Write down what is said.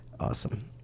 Awesome